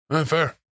Fair